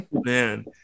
man